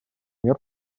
мер